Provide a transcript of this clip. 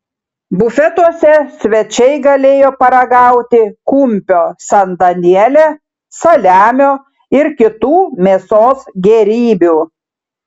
bufetuose svečiai galėjo paragauti kumpio san daniele saliamio ir kitų mėsos gėrybių